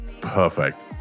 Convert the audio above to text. perfect